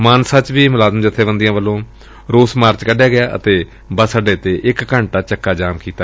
ਮਾਨਸਾ ਚ ਵੀ ਮੁਲਾਜ਼ਮ ਜਥੇਬੰਦੀਆਂ ਨੇ ਰੋਸ ਮਾਰਚ ਕਢਿਆ ਅਤੇ ਬਸ ਅੱਡੇ ਤੇ ਇਕ ਘੰਟਾ ਚੱਕਾ ਜਾਮ ਕੀਤਾ